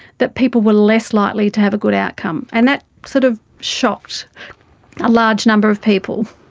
that people were less likely to have a good outcome. and that sort of shocked a large number of people.